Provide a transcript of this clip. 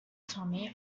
tommy